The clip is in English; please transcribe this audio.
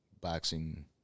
boxing